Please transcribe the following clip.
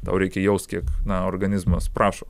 tau reikia jaust kiek na organizmas prašo